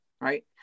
Right